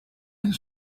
and